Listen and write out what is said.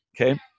okay